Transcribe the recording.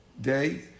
day